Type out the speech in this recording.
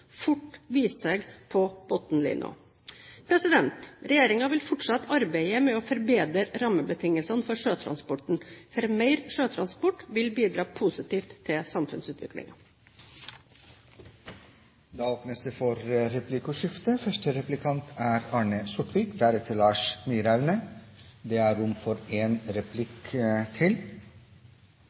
fort vise seg på bunnlinjen. Regjeringen vil fortsette arbeidet med å forbedre rammebetingelsene for sjøtransporten. For mer sjøtransport vil bidra positivt til samfunnsutviklingen. Det åpnes for replikkordskifte. Første replikkant er Arne Sortevik, deretter Lars Myraune. Det er rom for én replikk til.